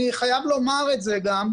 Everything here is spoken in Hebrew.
אני חייב לומר את זה גם,